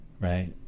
Right